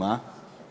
יותר מהר,